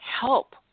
help